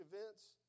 events